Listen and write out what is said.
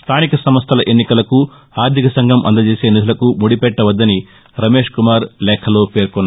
స్టానిక సంస్థల ఎన్నికలకు ఆర్టిక సంఘం అందజేసే నిధులకు ముడిపెట్టవద్దని రమేష్ కుమార్ పేర్కొన్నారు